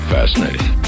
Fascinating